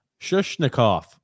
Shushnikov